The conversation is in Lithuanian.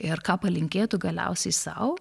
ir ką palinkėtų galiausiai sau